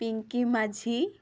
Pinki Majhi